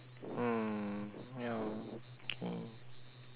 mm ya K